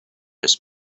his